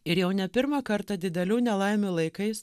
ir jau ne pirmą kartą didelių nelaimių laikais